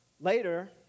Later